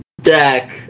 deck